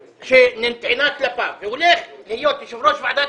שנטענה כלפיו והולך להיות יושב-ראש ועדת